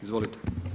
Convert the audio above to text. Izvolite.